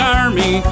army